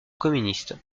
communistes